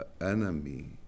enemy